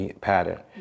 pattern